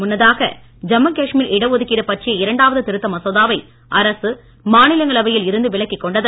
முன்னதாக ஜம்மு காஷ்மீர் இட ஒதுக்கீடு பற்றிய இரண்டாவது திருத்த மசோதாவை அரசு மாநிலங்களவையில் இருந்து விலக்கிக் கொண்டது